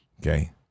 Okay